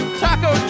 taco